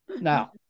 Now